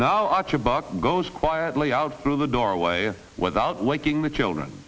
now watch a bucket goes quietly out through the doorway without waking the children